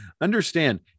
understand